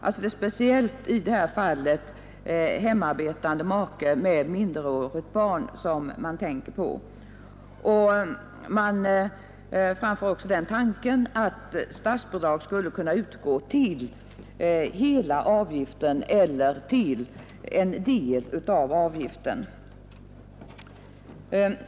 Här är det alltså speciellt den hemmaarbetande maken med minderårigt barn som man tänker på. Vidare framför man tanken att statsbidrag skall kunna utgå till hela avgiften eller till del därav.